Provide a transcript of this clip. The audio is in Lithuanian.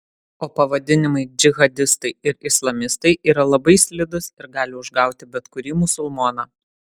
o pavadinimai džihadistai ir islamistai yra labai slidūs ir gali užgauti bet kurį musulmoną